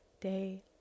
day